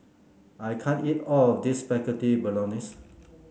I can't eat all of this Spaghetti Bolognese